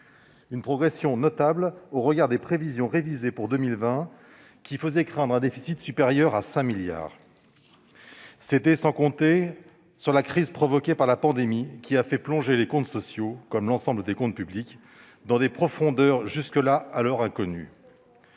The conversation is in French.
une progression notable au regard des prévisions révisées pour 2020, lesquelles faisaient craindre un déficit supérieur à 5 milliards d'euros. C'était sans compter sur la crise provoquée par la pandémie, qui a fait plonger les comptes sociaux, comme l'ensemble des comptes publics, dans des profondeurs jusque-là inconnues.